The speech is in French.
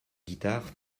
guitare